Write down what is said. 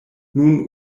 nun